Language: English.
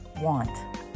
Want